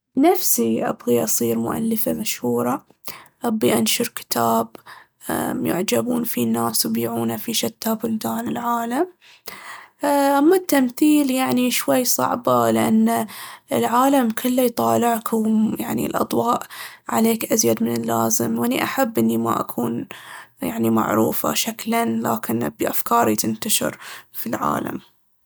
بنفسي أبغي أصير مؤلفة مشهورة، أبي أنشر كتاب امم يعجبون فيه الناس ويبيعونه في شتى بلدان العالم. أما التمثيل يعني شوي صعبة لأن العالم كله يطالعكم، يعني الأضواء عليك أزيد من اللازم. وأني أحب إني ما أكون يعني معروفة شكلاً، لكن أبي أفكاري تنتشر في العالم.